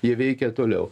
jie veikia toliau